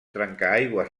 trencaaigües